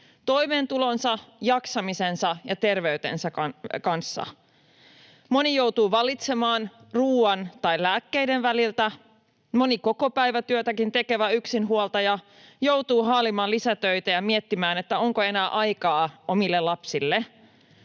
toimeentulonsa, jaksamisensa ja terveytensä kanssa. Moni joutuu valitsemaan ruoan tai lääkkeiden väliltä. Moni kokopäivätyötäkin tekevä yksinhuoltaja joutuu haalimaan lisätöitä ja miettimään, onko enää aikaa omille lapsille.